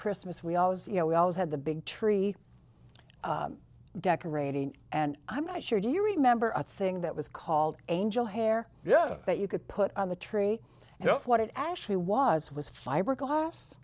christmas we always you know we always had the big tree decorating and i'm not sure do you remember a thing that was called angel hair yes that you could put on the tree and what it actually was was fiberglass